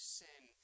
sin